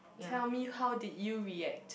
tell me how did you react